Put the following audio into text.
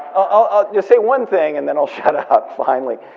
i'll just say one thing and then i'll shut ah up, finally.